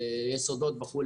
יסודות וכו',